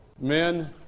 Men